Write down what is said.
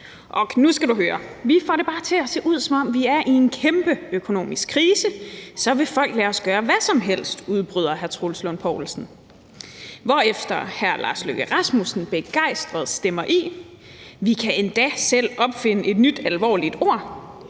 Nu skal du høre, vi får det bare til at se ud, som om vi er i en kæmpe økonomisk krise, og så vil folk lade os gøre hvad som helst, udbryder hr. Troels Lund Poulsen, hvorefter hr. Lars Løkke Rasmussen begejstret stemmer i: Vi kan endda selv opfinde et nyt alvorligt ord,